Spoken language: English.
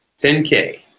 10K